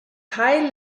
teil